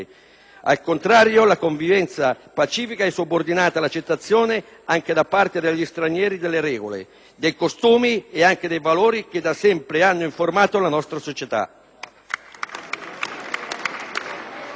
Al contrario, la convivenza pacifica è subordinata all'accettazione anche da parte degli stranieri delle regole, dei costumi e anche dei valori che da sempre hanno informato la nostra società.